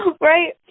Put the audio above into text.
Right